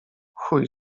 chuj